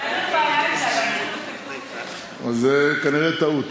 אין לנו בעיה עם זה, זאת כנראה טעות.